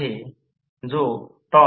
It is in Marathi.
27 Ω आहे